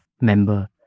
member